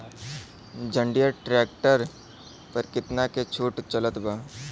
जंडियर tractor पर कितना के छूट चलत बा?